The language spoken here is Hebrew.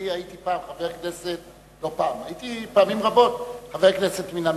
הייתי פעמים רבות חבר כנסת מן המניין,